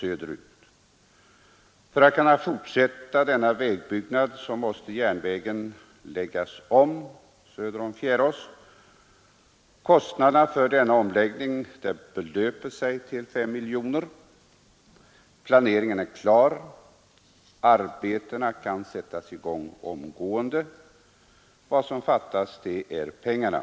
För att man skall kunna fortsätta denna vägbyggnad måste järnvägen söder om Fjärås läggas om. Kostnaderna för denna omläggning belöper sig till 5 miljoner kronor. Planeringen är klar och arbetena kan sättas i gång omgående. Det enda som fattas är pengarna.